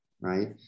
right